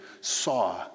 saw